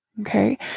okay